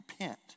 repent